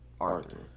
Arthur